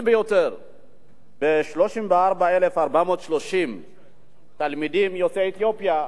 ביותר ב-34,430 תלמידים יוצאי אתיופיה.